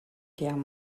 guerre